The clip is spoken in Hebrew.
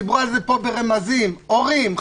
דיברו על זה פה ברמזים: הורים,